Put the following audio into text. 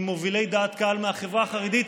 עם מובילי דעת קהל מהחברה החרדית,